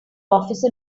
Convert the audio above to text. office